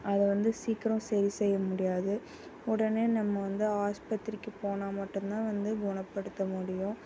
அதை வந்து சீக்கிரம் சரி செய்ய முடியாது உடனே நம்ம வந்து ஆஸ்பத்திரிக்கு போனால் மட்டும்தான் வந்து குணப்படுத்த முடியும்